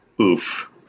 oof